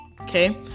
Okay